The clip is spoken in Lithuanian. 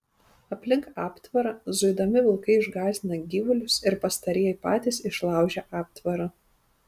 aplink aptvarą zuidami vilkai išgąsdina gyvulius ir pastarieji patys išlaužia aptvarą